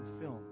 film